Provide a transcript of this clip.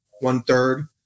one-third